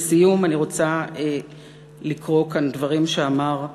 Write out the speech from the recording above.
לסיום, אני רוצה לקרוא כאן דברים שאמר כאן,